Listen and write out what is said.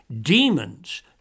demons